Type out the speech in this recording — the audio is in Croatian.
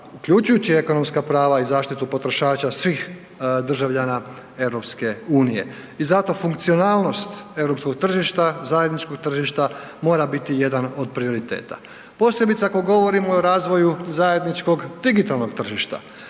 uključujući ekonomska prava i zaštitu potrošača svih državljana EU. I zato funkcionalnost europskog tržišta, zajedničkog tržišta mora biti jedan od prioriteta. Posebice ako govorimo i o razvoju zajedničkog digitalnog tržišta.